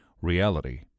Reality